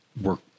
work